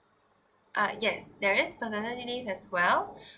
ah yes there is paternity leave as well